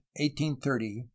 1830